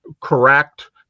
correct